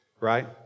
Right